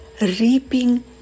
reaping